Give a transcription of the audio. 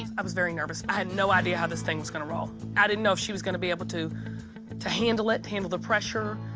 i will. i was very nervous. i had no idea how this thing was gonna roll. i didn't know if she was gonna be able to to handle it, to handle the pressure,